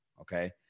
Okay